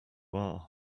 are